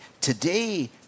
today